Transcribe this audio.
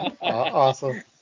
Awesome